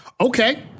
Okay